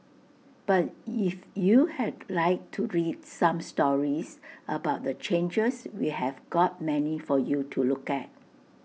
but if you had like to read some stories about the changes we have got many for you to look at